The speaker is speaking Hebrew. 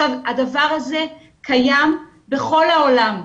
הדבר הזה קיים בכל העולם.